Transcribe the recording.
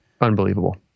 unbelievable